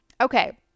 Okay